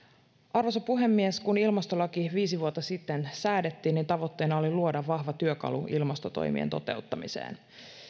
arvoisa puhemies kun ilmastolaki viisi vuotta sitten säädettiin niin tavoitteena oli luoda vahva työkalu ilmastotoimien toteuttamiseen